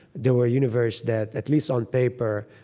there were universe that, at least on paper,